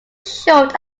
short